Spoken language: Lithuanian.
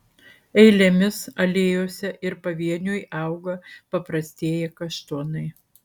eilėmis alėjose ir pavieniui auga paprastieji kaštonai